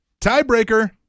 Tiebreaker